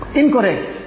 incorrect